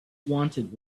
wanted